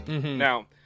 Now